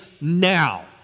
now